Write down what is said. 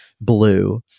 Blue